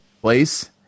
place